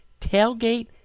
tailgate